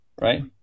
right